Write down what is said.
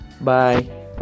Bye